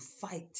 fight